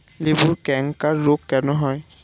লেবুর ক্যাংকার রোগ কেন হয়?